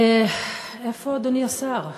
איפה אדוני השר?